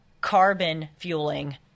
carbon-fueling